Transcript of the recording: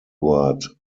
word